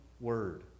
word